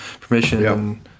permission